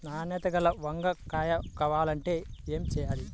నాణ్యత గల వంగ కాయ కావాలంటే ఏమి చెయ్యాలి?